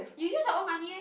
you use your own money meh